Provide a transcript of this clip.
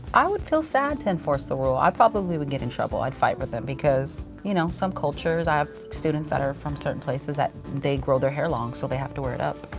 i would feel sad to enforce the rule. i probably would get in trouble. i'd fight with them because you know some cultures, i have students that are from certain places that, they grow their hair long so they have to wear it up.